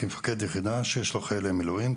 כמפקד יחידה שיש לו חיילי מילואים,